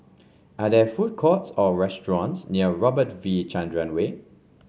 are there food courts or restaurants near Robert V Chandran Way